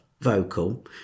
vocal